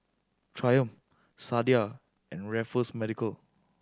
Triumph Sadia and Raffles Medical